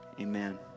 Amen